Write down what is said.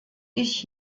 ich